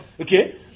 Okay